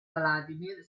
vladimir